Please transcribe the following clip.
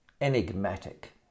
enigmatic